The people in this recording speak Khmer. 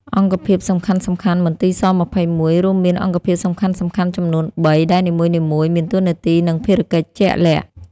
អង្គភាពសំខាន់ៗ មន្ទីរ ស-២១ រួមមានអង្គភាពសំខាន់ៗចំនួនបី ដែលនីមួយៗមានតួនាទី និងភារកិច្ចជាក់លាក់។